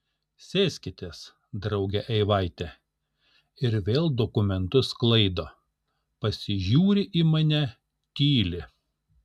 sėskitės drauge eivaite ir vėl dokumentus sklaido pasižiūri į mane tyli